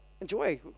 enjoy